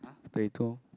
they do